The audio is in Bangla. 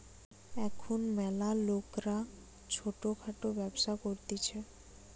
এখুন ম্যালা লোকরা ছোট খাটো ব্যবসা করতিছে